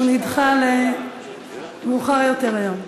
הוא נדחה לזמן מאוחר יותר היום.